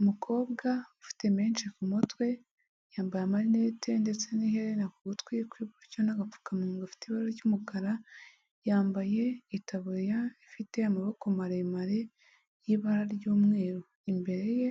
Umukobwa ufite menshi ku mutwe, yambaye amarinete ndetse n'ihera ku gutwi kw'iburyo n'agapfukamunwa gafite ibara ry'umukara, yambaye itaburiya ifite amaboko maremare, y'ibara ry'umweru, imbere ye